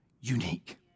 unique